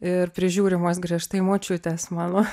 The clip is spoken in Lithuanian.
ir prižiūrimos griežtai močiutės mano